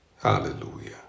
Hallelujah